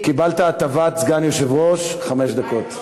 קיבלת הטבת סגן יושב-ראש, חמש דקות.